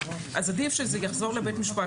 אז עדיף שזה יחזור לבית משפט,